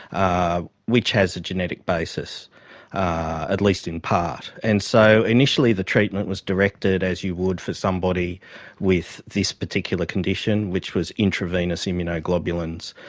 ah which has a genetic basis, at least in part. and so initially the treatment was directed as you would for somebody with this particular condition, which was intravenous immunoglobulins,